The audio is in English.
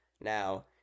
Now